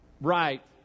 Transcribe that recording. right